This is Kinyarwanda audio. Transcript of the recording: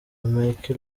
mike